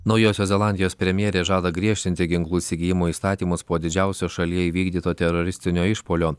naujosios zelandijos premjerė žada griežtinti ginklų įsigijimo įstatymus po didžiausio šalyje įvykdyto teroristinio išpuolio